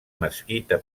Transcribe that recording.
mesquita